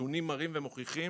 הנתונים מראים ומוכיחים